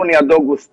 מיוני עד אוגוסט,